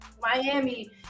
Miami